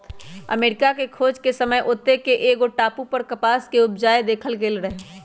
अमरिका के खोज के समय ओत्ते के एगो टापू पर कपास उपजायल देखल गेल रहै